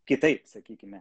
kitaip sakykime